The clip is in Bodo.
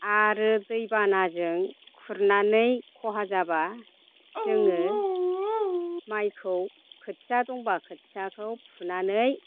आरो दैबानाजों खुरनानै खहा जाब्ला जोङो माइखौ खोथिया दंब्ला खोथियाखौ फुनानै